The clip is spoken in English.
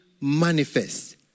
manifest